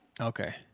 Okay